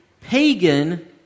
pagan